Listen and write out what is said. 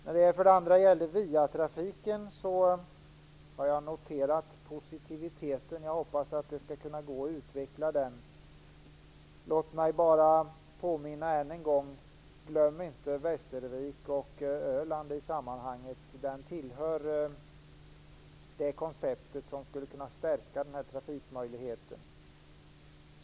När det gäller viatrafiken har jag noterat den positiva inställningen. Jag hoppas att det skall gå att utveckla den. Låt mig påminna: Glöm inte Västervik och Öland i sammanhanget. De tillhör det koncept som skulle kunna stärka detta trafikalternativ.